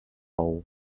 hole